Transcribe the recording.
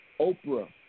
Oprah